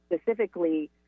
specifically